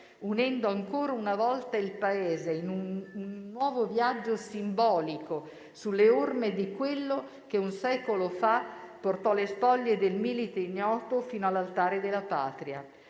unendo ancora una volta il Paese in un nuovo viaggio simbolico, sulle orme di quello che un secolo fa portò le spoglie del milite ignoto fino all'Altare della Patria.